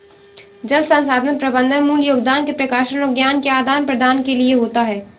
जल संसाधन प्रबंधन मूल योगदान के प्रकाशन और ज्ञान के आदान प्रदान के लिए होता है